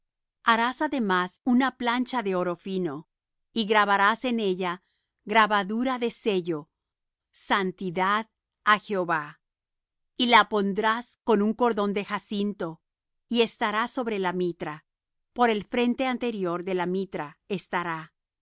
harás además una plancha de oro fino y grabarás en ella grabadura de sello santidad a jehova y la pondrás con un cordón de jacinto y estará sobre la mitra por el frente anterior de la mitra estará